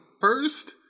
first